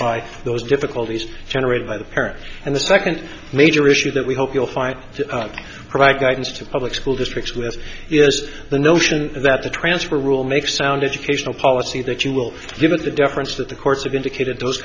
by those difficulties generated by the parents and the second major issue that we hope you'll fight to provide guidance to public school districts with yes the notion that the transfer rule makes sound educational policy that you will give the difference that the courts have indicated those